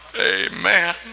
amen